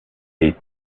est